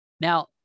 Now